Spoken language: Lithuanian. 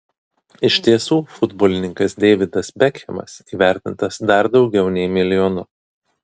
iš tiesų futbolininkas deividas bekhemas įvertintas dar daugiau nei milijonu